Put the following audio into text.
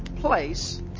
place